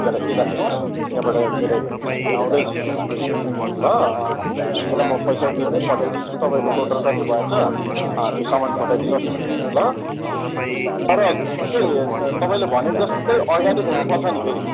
ready राखिदिनुहोस् त्याँबाट मेरो एकजाना भाइ आउँदैछ दोकानमा ल उसलाई म पैसा दिएरै पठाइदिन्छु तपाईँको टोटल कति भएछ त्यो सामान पठाइ दिनुहोस् न ल तर सुन्नुहोस् है तपाँईले भनेको जस्तै अर्ग्यानिक हुनुपर्छ नि फेरि